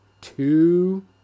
two